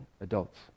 adults